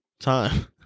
Time